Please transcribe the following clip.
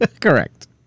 Correct